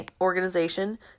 organization